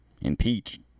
impeached